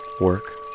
work